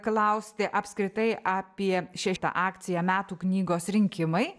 klausti apskritai apie šitą akciją metų knygos rinkimai